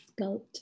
sculpt